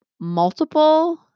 multiple